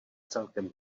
celkem